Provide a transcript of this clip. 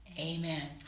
amen